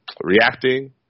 reacting